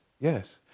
yes